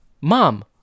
Mom